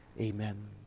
amen